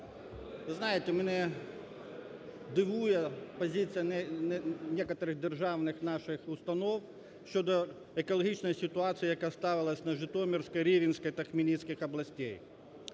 Ви знаєте, мене дивує позиція некоторих державних наших установ щодо екологічної ситуації, яка сталася на Житомирській, Рівненській та Хмельницькій областей.